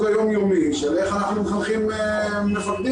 היום-יומי של איך אנחנו מחנכים מפקדים.